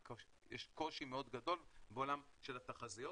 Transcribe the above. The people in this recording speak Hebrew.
יש קושי מאוד גדול בעולם של התחזיות.